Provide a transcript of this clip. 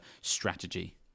strategy